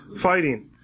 fighting